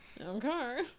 okay